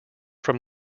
from